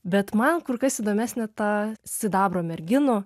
bet man kur kas įdomesnė ta sidabro merginų